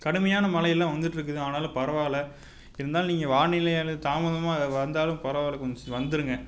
கடுமையான மழையிலாம் வந்துட்டிருக்குது ஆனாலும் பரவாயில்லை இருந்தாலும் நீங்கள் வானிலை அல்லது தாமதமாக வந்தாலும் பரவாயில்லை கொஞ்சம் வந்துடுங்க